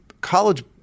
college